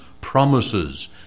promises